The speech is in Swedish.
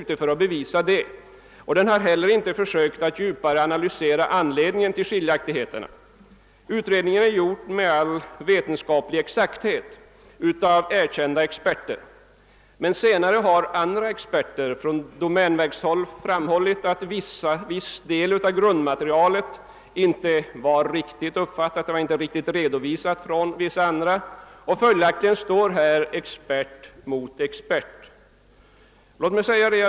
Syftet har heller inte varit att djupare analysera anledningen till skillnaderna. Utredningen: är emellertid gjord med all vetenskaplig exakthet av erkända experter. Efter slutförandet av denna utredning har andra experter på uppdrag av domänverket framhållit att viss del av grundmaterialet inte var riktigt redovisat från. utredningsexperternas sida. Följaktligen står här expert mot expert.